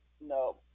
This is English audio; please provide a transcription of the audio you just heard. No